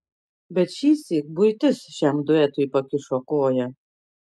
bet šįsyk buitis šiam duetui pakišo koją